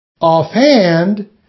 Offhand